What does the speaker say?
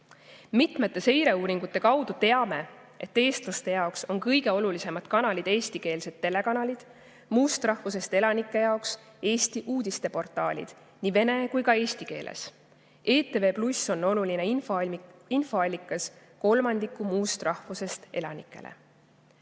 Mitmete seireuuringute kaudu teame, et eestlaste jaoks on kõige olulisemad kanalid eestikeelsed telekanalid, muust rahvusest elanike jaoks Eesti uudisteportaalid nii vene kui ka eesti keeles. ETV+ on oluline infoallikas kolmandikule muust rahvusest elanikele.